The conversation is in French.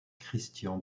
christian